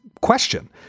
question